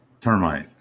termite